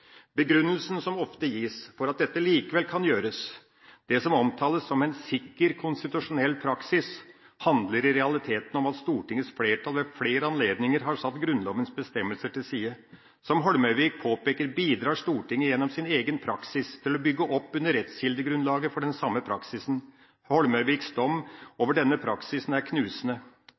Begrunnelsen som ofte gis for at dette likevel kan gjøres – det som omtales som en «sikker konstitusjonell praksis» – handler i realiteten om at Stortingets flertall ved flere anledninger har satt Grunnlovens bestemmelser til side. Som Holmøyvik påpeker, bidrar Stortinget gjennom sin egen praksis til å bygge opp under rettskildegrunnlaget for den samme praksisen. Holmøyviks dom over denne praksisen er knusende,